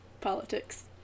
politics